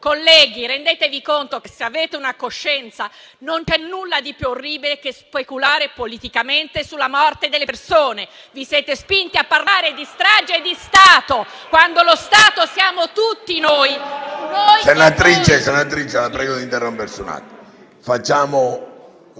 Colleghi, rendetevi conto che, se avete una coscienza, non c'è nulla di più orribile che speculare politicamente sulla morte delle persone. Vi siete spinti a parlare di strage di Stato, quando lo Stato siamo tutti noi... *(Vivaci proteste)*.